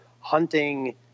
hunting